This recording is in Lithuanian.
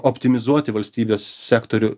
optimizuoti valstybės sektorių